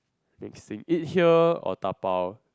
next thing eat here or dabao